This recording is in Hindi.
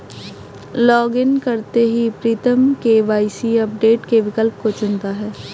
लॉगइन करते ही प्रीतम के.वाई.सी अपडेट के विकल्प को चुनता है